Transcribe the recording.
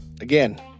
again